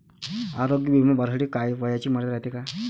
आरोग्य बिमा भरासाठी वयाची मर्यादा रायते काय?